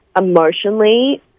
emotionally